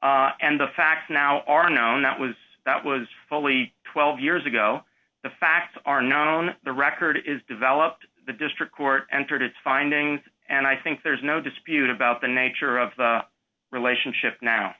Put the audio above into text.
known and the facts now are known that was that was fully twelve years ago the facts are known the record is developed the district court entered its findings and i think there's no dispute about the nature of the relationship now